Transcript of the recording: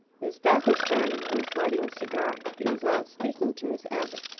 his back was turned, and he was lighting a cigar. he was not speaking to miss abbott.